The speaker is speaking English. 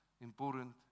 important